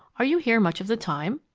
are you here much of the time?